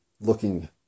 looking